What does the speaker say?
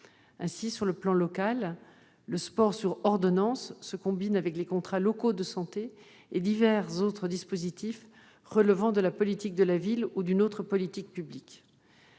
Ainsi, sur le plan local, le sport sur ordonnance se combine avec les contrats locaux de santé et divers autres dispositifs relevant de la politique de la ville ou d'une autre politique publique.